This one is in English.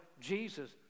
Jesus